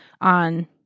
on